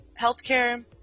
healthcare